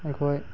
ꯑꯩꯈꯣꯏ